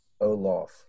olaf